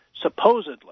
supposedly